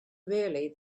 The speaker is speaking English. really